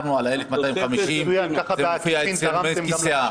אני לא מדבר על התוספת.